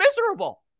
miserable